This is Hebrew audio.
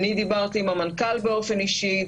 אני דיברתי עם המנכ"ל באופן אישי,